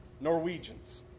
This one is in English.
Norwegians